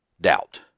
doubt